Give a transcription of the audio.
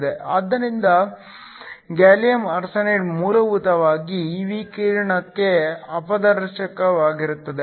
ಆದ್ದರಿಂದ gallium arsenide ಮೂಲಭೂತವಾಗಿ ಈ ವಿಕಿರಣಕ್ಕೆ ಅಪಾರದರ್ಶಕವಾಗಿದೆ